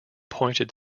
pointed